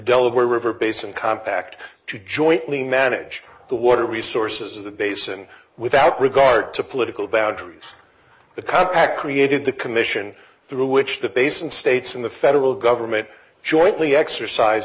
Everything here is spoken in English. delaware river basin compact to jointly manage the water resources of the basin without regard to political boundaries the compact created the commission through which the basin states and the federal government jointly exercise